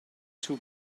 two